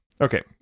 okay